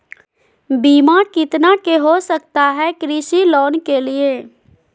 बीमा कितना के हो सकता है कृषि लोन के लिए?